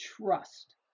TRUST